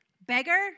beggar